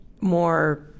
more